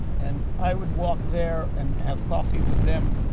and i would walk there, and have coffee with them.